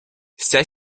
вся